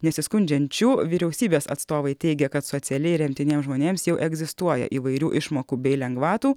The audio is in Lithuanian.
nesiskundžiančių vyriausybės atstovai teigia kad socialiai remtiniems žmonėms jau egzistuoja įvairių išmokų bei lengvatų